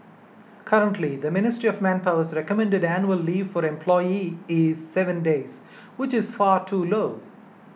currently the Ministry of Manpower's recommended annual leave for employees is seven days which is far too low